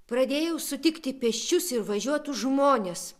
pradėjau sutikti pėsčius ir važiuotus žmones